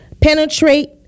penetrate